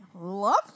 Love